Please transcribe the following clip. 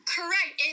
Correct